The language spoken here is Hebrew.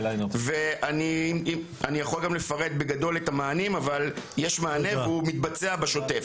אני יכול גם לפרט בגדול את המענים אבל יש מענה והוא מתבצע בשוטף.